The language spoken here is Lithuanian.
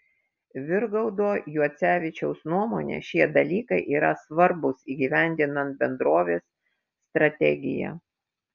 virgaudo juocevičiaus nuomone šie dalykai yra svarbūs įgyvendinant bendrovės strategiją